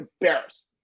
Embarrassed